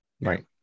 Right